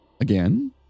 again